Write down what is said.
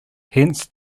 hence